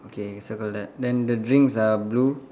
okay circle that then the drinks are blue